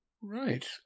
Right